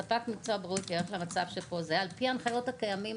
ספק מקצוע בריאות ייערך למצב של על פי ההנחיות הקיימות.